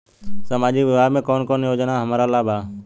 सामाजिक विभाग मे कौन कौन योजना हमरा ला बा?